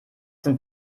sind